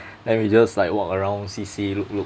then we just like walk around see see look look